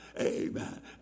amen